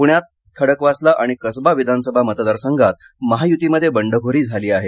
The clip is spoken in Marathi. प्ण्यात खडकवासला आणि कसबा विधानसभा मतदारसंघात महायुतीमध्ये बंडखोरी झाली आहे